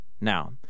Now